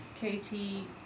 Katie